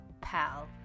pal